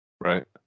Right